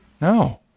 No